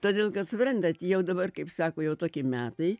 todėl kad suprantat jau dabar kaip sako jau tokie metai